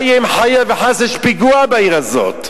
מה יהיה אם, חלילה וחס, יש פיגוע בעיר הזאת?